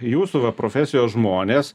jūsų va profesijos žmonės